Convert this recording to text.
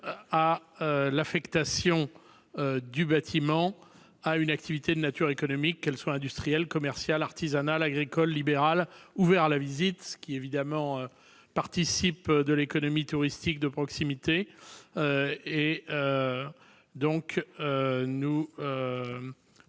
à l'affectation du bâtiment à une activité de nature économique, qu'elle soit industrielle, commerciale, artisanale, agricole ou libérale, ou à l'ouverture dudit bâtiment à la visite, ce qui, évidemment, participe de l'économie touristique de proximité.